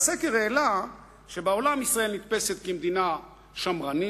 והסקר העלה שבעולם ישראל נתפסת כמדינה שמרנית,